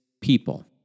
people